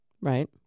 Right